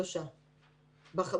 לאשפז